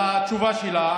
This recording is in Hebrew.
בתשובה שלה,